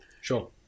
sure